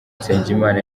nsengimana